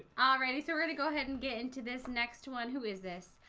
alrighty so we're gonna go ahead and get into this next one. who is this.